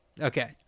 Okay